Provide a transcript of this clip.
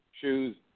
choose